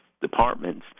departments